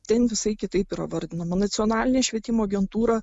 ten visai kitaip yra vardinama nacionalinė švietimo agentūra